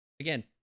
again